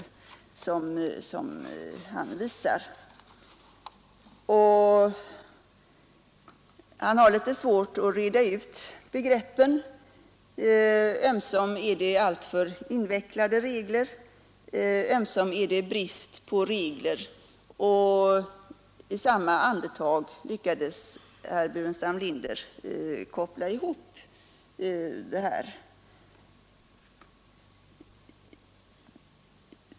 Han har litet svårt att reda ut begreppen — ömsom är det alltför invecklade regler, ömsom är det brist på regler, och herr Burenstam Linder lyckades koppla ihop dessa två förhållanden i ett andetag.